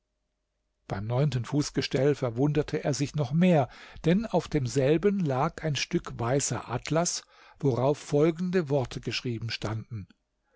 beim neunten fußgestell verwunderte er sich noch mehr denn auf demselben lag ein stück weißer atlas worauf folgende worte geschrieben standen